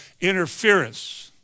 interference